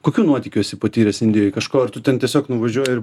kokių nuotykių esi patyręs indijoj kažko ar tu ten tiesiog nuvažiuoji ir